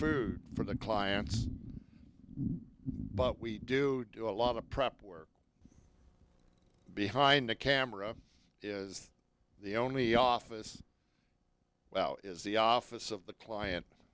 cook for the clients but we do do a lot of prep work behind the camera is the only office well is the office of the client